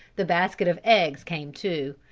the basket of eggs came too.